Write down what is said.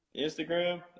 instagram